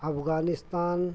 Afghanistan